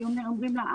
ואומרים לה,